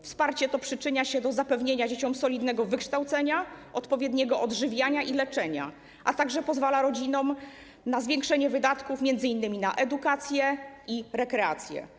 Wsparcie to przyczynia się do zapewnienia dzieciom solidnego wykształcenia, odpowiedniego odżywiania i leczenia, a także pozwala rodzinom na zwiększenie wydatków, m.in. na edukację i rekreację.